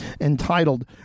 entitled